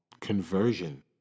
Conversion